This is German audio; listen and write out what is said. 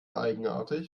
eigenartig